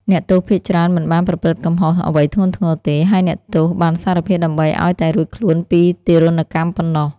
អ្នកទោសភាគច្រើនមិនបានប្រព្រឹត្តកំហុសអ្វីធ្ងន់ធ្ងរទេ ហើយអ្នកទោសបានសារភាពដើម្បីឱ្យតែរួចខ្លួនពីទារុណកម្មប៉ុណ្ណោះ ។